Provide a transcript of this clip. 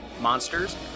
Monsters